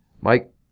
Mike